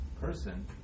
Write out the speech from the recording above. person